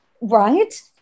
Right